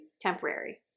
temporary